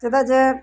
ᱪᱮᱫᱟᱜ ᱡᱮ